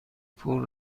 پول